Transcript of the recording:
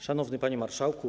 Szanowny Panie Marszałku!